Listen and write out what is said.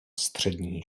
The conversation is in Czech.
střední